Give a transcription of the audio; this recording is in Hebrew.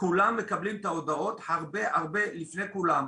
כולם מקבלים את ההודעות הרבה הרבה לפני כולם.